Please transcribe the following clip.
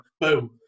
boom